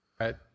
Right